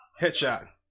headshot